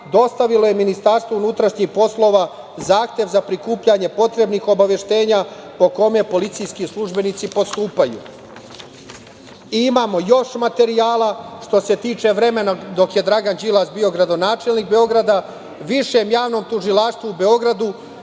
dostavilo je MUP-u zahtev za prikupljanje potrebnih obaveštenja po kome policijski službenici postupaju. Imamo još materijala što se tiče vremena dok je Dragan Đilas bio gradonačelnik Beograda. Višem javnom tužilaštvu u Beogradu